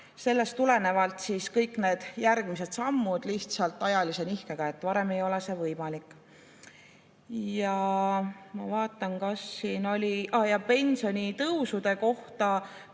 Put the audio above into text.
Sellest tulenevalt on kõik need järgmised sammud lihtsalt ajalise nihkega, varem ei ole see võimalik. Ja ma vaatan, kas siin oli … Aa, pensionitõusudest.